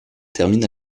terminent